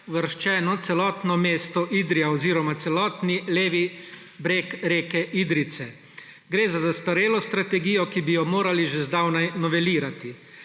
uvrščeno celotno mesto Idrija oziroma celotni levi breg reke Idrijce. Gre za zastarelo strategijo, ki bi jo morali že zdavnaj novelirati.